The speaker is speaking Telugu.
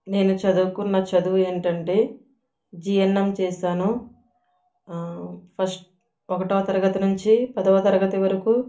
నేను చదువుకున్న చదువు ఏంటంటే జిఎన్ఎమ్ చేశాను ఫస్ట్ ఒకటవ తరగతి నుంచి పదవ తరగతి వరకూ